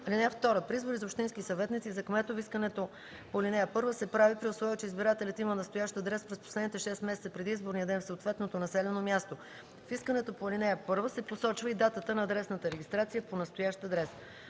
лицето. (2) При избори за общински съветници и за кметове искането по ал. 1 се прави, при условие че избирателят има настоящ адрес през последните 6 месеца преди изборния ден в съответното населено място. В искането по ал. 1 се посочва и датата на адресната регистрация по настоящ адрес.